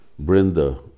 Brinda